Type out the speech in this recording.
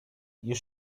you